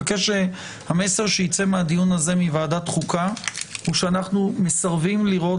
המסר שיצא מהדיון הזה מוועדת החוקה הוא שאנחנו מסרבים לראות